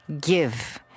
give